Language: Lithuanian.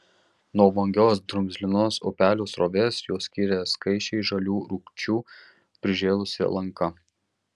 nuo vangios drumzlinos upelio srovės juos skyrė skaisčiai žalių rūgčių prižėlusi lanka